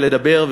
ולדבר.